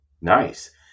nice